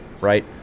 right